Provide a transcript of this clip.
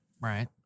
Right